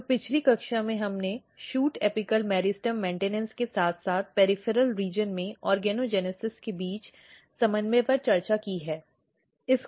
तो पिछली कक्षा में हमने शूट एपिकल मेरिस्टेम रखरखाव के साथ साथ पेरिफेरल क्षेत्र में ऑर्गेनोजेनेस के बीच समन्वय पर चर्चा की है